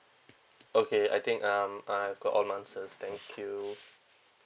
okay I think um I've got all my answer thank you